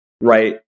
right